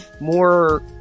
more